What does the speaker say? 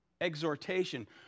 exhortation